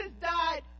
died